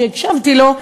שהקשבתי לו,